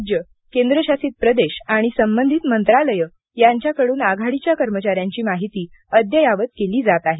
राज्ये केंद्रशासित प्रदेश आणि संबंधित मंत्रालये यांच्याकडून आघाडीच्या कर्मचाऱ्यांची माहिती अद्ययावत केली जात आहे